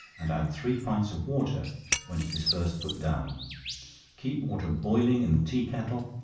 and add three pints of water when it is first put down keep water boiling in the tea-kettle,